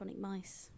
mice